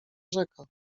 rzeka